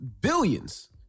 billions